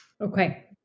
Okay